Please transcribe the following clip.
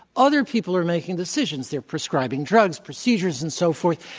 other people are making decisions. they're prescribing drugs, procedures and so forth.